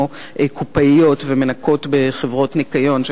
כמו קופאיות ומנקות בחברות ניקיון.